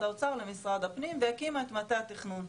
האוצר למשרד הפנים והקימה את מטה התכנון.